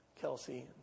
Kelsey